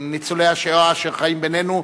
לניצולי השואה אשר חיים בינינו,